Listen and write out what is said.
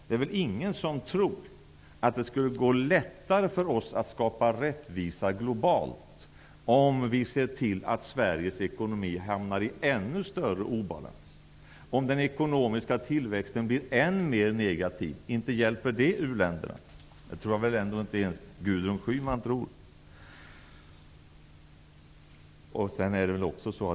Det är väl ingen som tror att det skulle vara lättare för oss att skapa rättvisa globalt om vi ser till att Sveriges ekonomi hamnar i ännu större obalans. Det hjälper inte u-länderna om den svenska ekonomin blir än mer negativ. Det tror väl ändå inte ens Gudrun Schyman.